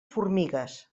formigues